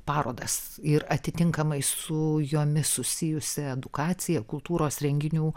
parodas ir atitinkamai su jomis susijusią edukaciją kultūros renginių